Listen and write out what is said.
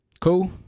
Cool